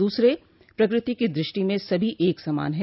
दूसरा प्रकृति की दृष्टि में सभी एक समान हैं